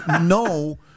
no